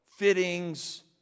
fittings